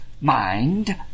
mind